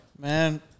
man